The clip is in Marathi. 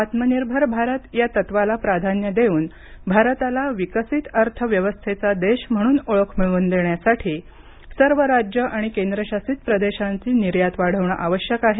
आत्मनिर्भर भारत या तत्त्वाला प्राधान्य देऊन भारताला विकसित अर्थव्यवस्थेचा देश म्हणून ओळख मिळवून देण्यासाठी सर्व राज्यं आणि केंद्र शासित प्रदेशांची निर्यात वाढणं आवश्यक आहे